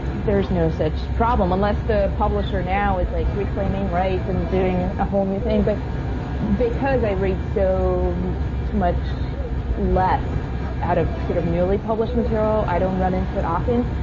there's no such problem unless the publisher now is like reclaiming rights and doing a whole new thing. but because i read so much less out of sort of newly published material, i don't run into it often.